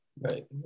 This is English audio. Right